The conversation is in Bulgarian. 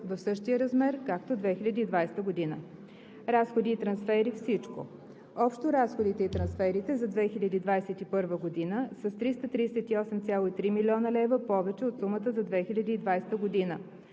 в същия размер както за 2020 г. II. Разходи и трансфери – всичко: Общо разходите и трансферите за 2021 г. са с 338,3 млн. лв. повече от сумата за 2020 г.